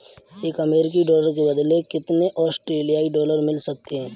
एक अमेरिकी डॉलर के बदले कितने ऑस्ट्रेलियाई डॉलर मिल सकते हैं?